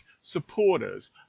supporters